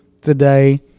today